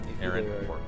Aaron